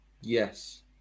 Yes